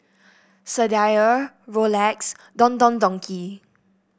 Sadia Rolex Don Don Donki